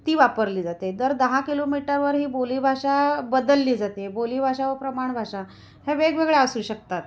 ती वापरली जाते दर दहा किलोमीटवर ही बोलीभाषा बदलली जाते बोलीभाषा व प्रमाण भाषा ह्या वेगवेगळ्या असू शकतात